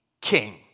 king